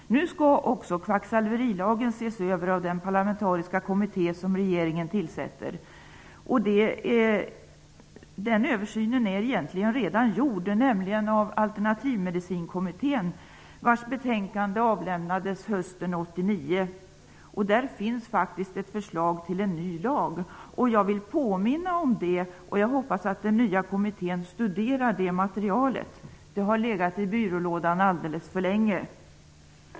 Nu skall också kvacksalverilagen ses över av den parlamentariska kommitté som regeringen tillsätter. Den översynen är egentligen redan gjord, nämligen av Alternativmedicinkommittén, vars betänkande avlämnades hösten 1989. Där finns faktiskt ett förslag till en ny lag. Jag vill påminna om det, och jag hoppas att den nya kommittén studerar det materialet. Det har legat i byrålådan alldeles för länge.